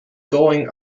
going